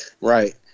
Right